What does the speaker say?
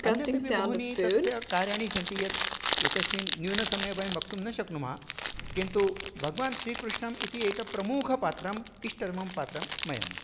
अन्यदपि बहूनि तस्य कार्याणि सन्ति यत् एतस्मिन् न्यूनसमये वयं वक्तुं न शक्नुमः किन्तु भगवान् श्रीकृष्णम् इति एतत् प्रमुखपात्रम् इष्टतमं पात्रं मह्यम्